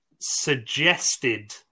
suggested